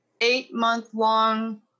eight-month-long